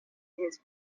his